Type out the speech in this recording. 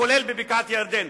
כולל בבקעת-הירדן.